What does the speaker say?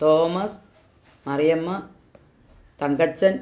Thomas Mariyamma Thankachan